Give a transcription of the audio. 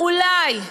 אולי,